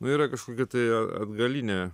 nu yra kažkokia tai a atgalinė